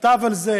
נכתב על זה